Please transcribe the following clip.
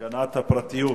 הגנת הפרטיות